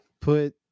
put